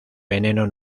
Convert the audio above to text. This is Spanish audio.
veneno